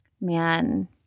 man